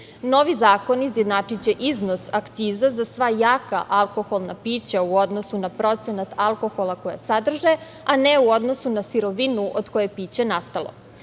16.Novi zakoni izjednačiće iznos akciza za sva jaka alkoholna pića u odnosu na procenat alkohola koja sadrže, a ne u odnosu na sirovinu od koje je piće nastalo. Zakon